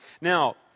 Now